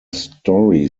story